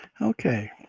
Okay